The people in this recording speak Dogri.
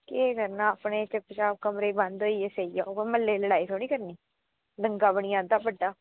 केह् करना अपना कमरा बंद करियै सेई जाओ म्हल्लै लड़ाई थोह्ड़े ना करनी पंगा बनी जाह्गा बड्डा